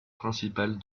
principale